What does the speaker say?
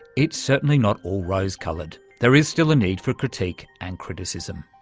it's certainly not all rose-coloured, there is still a need for critique and criticism.